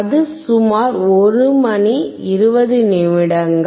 அது சுமார் 1 மணி 20 நிமிடங்கள்